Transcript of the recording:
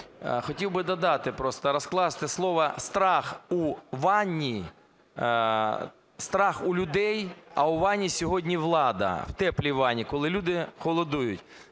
Хотів би додати просто, розкласти слово страх у ванні і страх у людей, а у ванні сьогодні влада, в теплій ванні, коли люди холодують.